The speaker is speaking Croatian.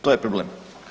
To je problem.